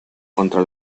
contra